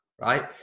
right